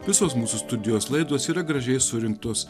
visos mūsų studijos laidos yra gražiai surinktos